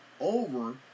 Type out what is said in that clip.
over